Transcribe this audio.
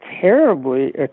terribly